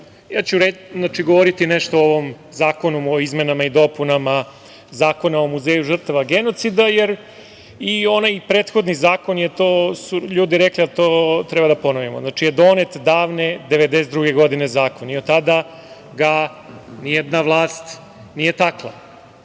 ja ću govoriti nešto o Zakonu o izmenama i dopunama Zakona o muzeju žrtava genocida, jer i onaj prethodni zakon je, to su ljudi rekli, a to treba da ponovimo, donet davne 1992. godine i od tada ga nijedna vlast nije takla.